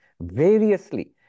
variously